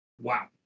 wow